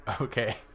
Okay